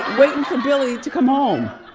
waiting for billie to come um